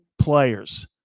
players